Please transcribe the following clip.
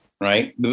right